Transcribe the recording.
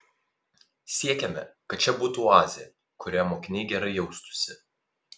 siekiame kad čia būtų oazė kurioje mokiniai gerai jaustųsi